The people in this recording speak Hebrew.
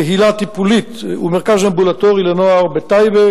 קהילה טיפולית ומרכז אמבולטורי לנוער בטייבה